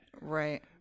Right